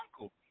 uncle